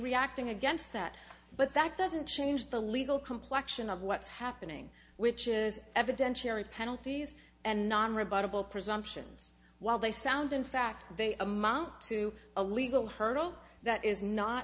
reacting against that but that doesn't change the legal complection of what's happening which is evidentiary penalties and non rebuttable presumption zz while they sound in fact the amount to a legal hurdle that is not